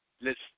list